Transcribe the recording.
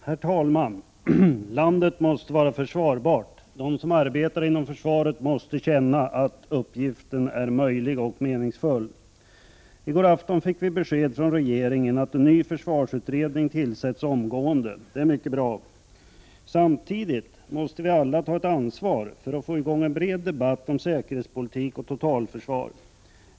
Herr talman! Landet måste vara försvarbart. De som arbetar inom försvaret måste känna att uppgiften är möjlig och meningsfull. I går afton fick vi besked från regeringen om att en ny försvarsutredning tillsätts omgående. Det är mycket bra. Samtidigt måste vi alla ta ett ansvar för att få i gång en bred debatt om säkerhetspolitik och totalförsvar.